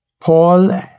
Paul